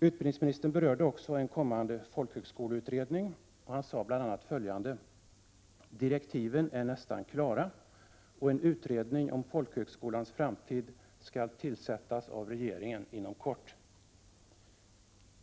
Utbildningsministern berörde också en kommande folkhögskoleutredning. Han sade bl.a. följande: Direktiven är nästan klara, och en utredning om folkhögskolans framtid skall tillsättas av regeringen inom kort.